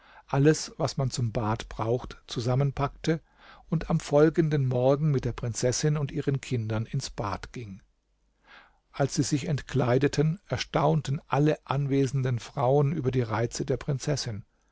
alles was man zum bad braucht zusammenpackte und am folgenden morgen mit der prinzessin und ihren kindern ins bad ging als sie sich entkleideten erstaunten alle anwesenden frauen über die reize der prinzessin